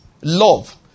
love